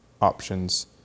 options